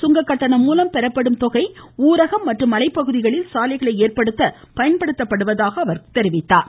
சுங்க கட்டணம் மூலம் பெறப்படும் தொகை ஊரக மற்றும் மலைப்பகுதிகளில் சாலைகள் ஏற்படுத்த பயன்படுத்தப்படுவதாகவும் கூறினார்